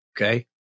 Okay